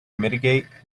mitigate